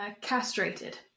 Castrated